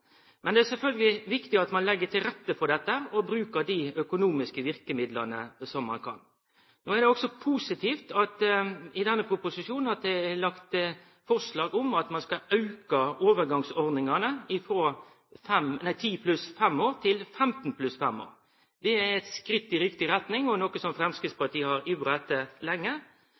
men dette skal skje på ein frivillig måte. Det er sjølvsagt viktig at ein legg til rette for dette og bruker dei økonomiske verkemidla som ein har. No er det positivt at det i denne proposisjonen er lagt inn forslag om at ein skal auka overgangsordningane, frå 10 + 5 år til 15 + 5 år. Det er eit skritt i riktig retning og noko som Framstegspartiet har ivra for lenge.